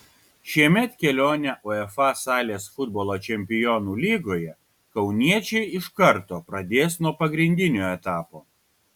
šiemet kelionę uefa salės futbolo čempionų lygoje kauniečiai iš karto pradės nuo pagrindinio etapo